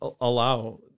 allow